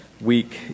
week